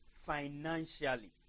financially